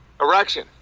erection